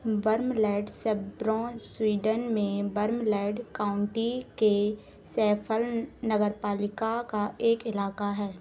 वर्मलैड्सब्रों Sweden में Varmland county के सफल नगरपालिका का एक इलाका है